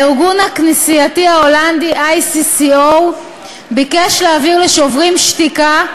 הארגון הכנסייתי ההולנדי ICCO ביקש להעביר ל"שוברים שתיקה"